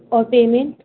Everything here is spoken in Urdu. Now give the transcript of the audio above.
اور پیمنٹ